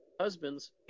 husbands